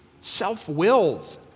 self-willed